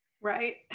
Right